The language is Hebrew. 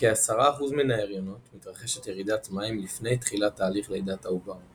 בכ-10% מן ההריונות מתרחשת ירידת מים לפני תחילת תהליך לידת העובר;